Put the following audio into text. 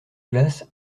glace